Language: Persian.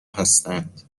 هستند